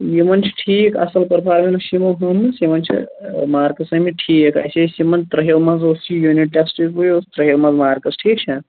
یِمَن چھِ ٹھیٖک اَصٕل پٔرفارمیٚنٕس چھِ یِمَو ہٲومٕژ یِمَن چھِ مارکٕس آمِتۍ ٹھیٖک اَسہِ ٲسۍ یِمَن ترٛیہو منٛز اوس یہِ یوٗنٛٹ ٹیٚسٹہٕ یہِ اوس ترٛیہو منٛز مارکٕس ٹھیٖک چھا